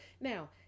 now